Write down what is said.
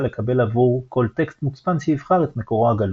לקבל עבור כל טקסט מוצפן שיבחר את מקורו הגלוי,